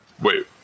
Wait